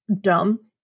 dumb